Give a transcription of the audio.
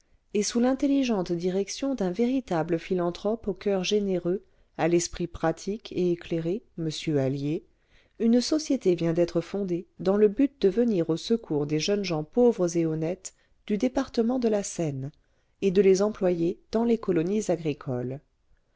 et sous l'intelligente direction d'un véritable philanthrope au coeur généreux à l'esprit pratique et éclairé m allier une société vient d'être fondée dans le but de venir au secours des jeunes gens pauvres et honnêtes du département de la seine et de les employer dans les colonies agricoles